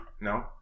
no